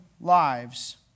lives